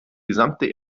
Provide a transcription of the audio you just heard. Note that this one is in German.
gesamte